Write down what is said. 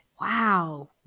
Wow